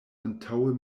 antaŭe